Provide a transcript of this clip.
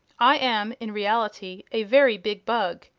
i am, in reality, a very big bug,